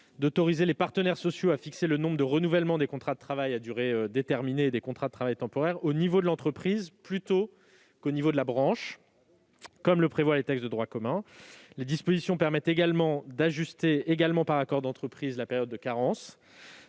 d'autoriser les partenaires sociaux à fixer le nombre de renouvellements des contrats de travail à durée déterminée et des contrats de travail temporaire au niveau de l'entreprise plutôt qu'au niveau de la branche, comme le prévoient les textes de droit commun. Les dispositions permettent aussi d'ajuster, également par accord d'entreprise, la période de carence.